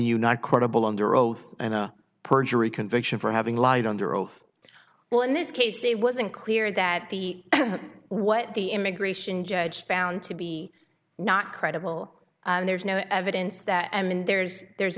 you not credible under oath in a perjury conviction for having lied under oath well in this case it wasn't clear that the what the immigration judge found to be not credible and there's no evidence that i mean there's there's